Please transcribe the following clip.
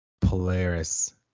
Polaris